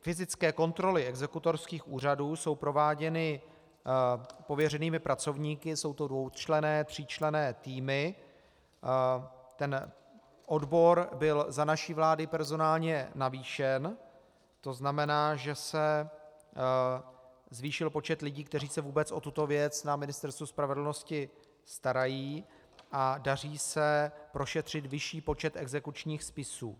Fyzické kontroly exekutorských úřadů jsou prováděny pověřenými pracovníky, jsou to dvoučlenné, tříčlenné týmy, ten odbor byl za naší vlády personálně navýšen, tzn. že se zvýšil počet lidí, kteří se vůbec o tuto věc na Ministerstvu spravedlnosti starají, a daří se prošetřit vyšší počet exekučních spisů.